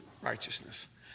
righteousness